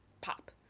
pop